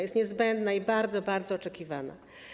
Jest niezbędna i bardzo, bardzo oczekiwana.